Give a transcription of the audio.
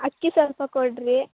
ಅಕ್ಕಿ ಸ್ವಲ್ಪ ಕೊಡಿರಿ